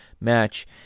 match